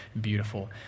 beautiful